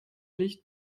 licht